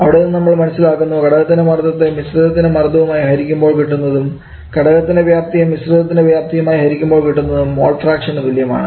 അവിടെ നിന്ന് നമ്മൾ മനസ്സിലാക്കുന്നു ഘടകത്തിൻറെ മർദ്ദത്തെ മിശ്രിതത്തിൻറെ മർദ്ദവും ആയി ഹരിക്കുമ്പോൾ കിട്ടുന്നതും ഘടകത്തിൻറെ വ്യാപ്തിയെ മിശ്രിതത്തിൻറെ വ്യാപ്തിയുമായി ഹരിക്കുമ്പോൾകിട്ടുന്നതും മോൾ ഫ്രാക്ഷന് തുല്യമാണ്